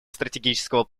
стратегического